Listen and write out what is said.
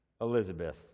Elizabeth